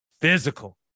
physical